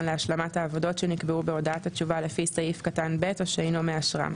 להשלמת העבודות שנקבעו בהודעת התשובה לפי סעיף קטן (ב) או שאינו מאשרם,